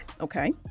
Okay